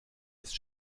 ist